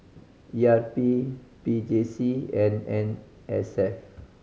E R P P J C and N S F